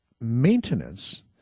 maintenance